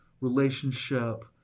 relationship